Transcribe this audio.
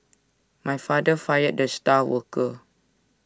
my father fired the star worker